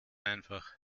einfach